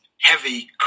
heavy